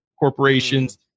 corporations